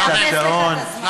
אאפס את הזמן.